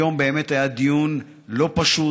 היום היה דיון לא פשוט,